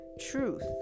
truth